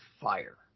fire